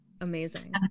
amazing